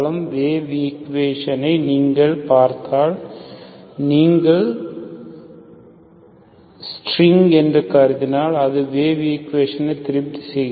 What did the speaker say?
wave ஈக்குவேஷனை நீங்கள் பார்த்தால் நீங்கள் ஸ்டிரிங் என்று கருதினால் அது வேவ் ஈக்குவேஷனை திருப்தி செய்கிறது